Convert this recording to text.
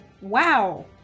Wow